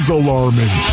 alarming